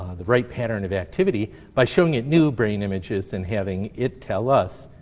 the right pattern of activity by showing it new brain images and having it tell us,